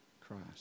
Christ